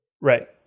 Right